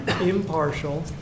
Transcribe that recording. impartial